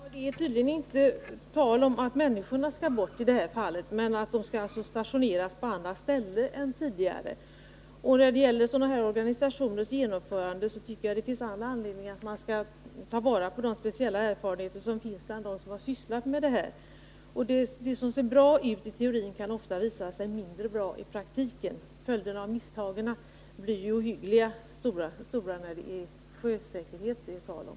Herr talman! Det är tydligen i detta fall inte tal om att människorna skall bort, men de skall stationeras på annat ställe än tidigare. När det gäller en sådan här organisations genomförande tycker jag det finns anledning att ta vara på de speciella erfarenheter som finns hos dem som har sysslat med sådan här verksamhet. Det som ser bra ut i teorin kan ofta visa sig mindre bra i praktiken. Följderna av misstagen blir ju ohyggligt stora när det är sjösäkerhet det är tal om.